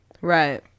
Right